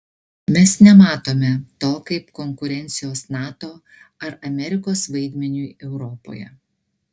mes nematome to kaip konkurencijos nato ar amerikos vaidmeniui europoje